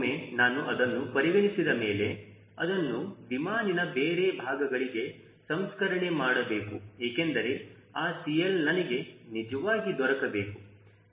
ಒಮ್ಮೆ ನಾನು ಅದನ್ನು ಪರಿಗಣಿಸಿದ ಮೇಲೆ ಅದನ್ನು ವಿಮಾನಿನ ಬೇರೆ ಭಾಗಗಳಿಗೆ ಸಂಸ್ಕರಣೆ ಮಾಡಬೇಕು ಏಕೆಂದರೆ ಆ CL ನನಗೆ ನಿಜವಾಗಿ ದೊರಕಬೇಕು